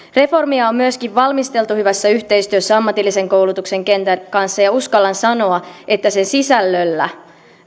reformia on myöskin valmisteltu hyvässä yhteistyössä ammatillisen koulutuksen kentän kanssa ja uskallan sanoa että sen sisällöllä